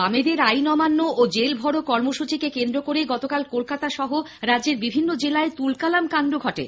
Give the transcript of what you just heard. বামেদের আইন অমান্য ও জেলভরো কর্মসূচীকে কেন্দ্র করে গতকাল কলকাতা সহ রাজ্যের বিভিন্ন জেলায় তুলকালাম কান্ড হয়